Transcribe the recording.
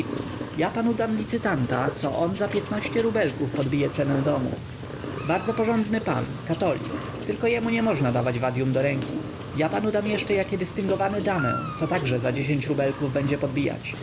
ja panu dam licytanta co on za piętnaście rubelków podbije cenę domu bardzo porządny pan katolik tylko jemu nie można dawać vadium do ręki ja panu dam jeszcze jakie dystyngowane damę co także za dziesięć rubelków będzie podbijać